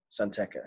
Santeca